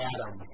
Adam